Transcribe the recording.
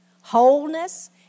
wholeness